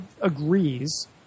agrees